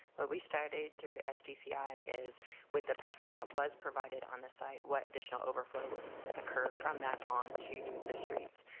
but we started through sdc i with the parking that was provided on the site, what additional overflow would occur from that onto the streets.